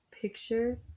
picture